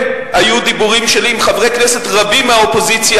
כן היו דיבורים שלי עם חברי כנסת רבים מהאופוזיציה,